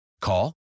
Call